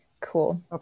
Cool